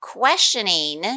questioning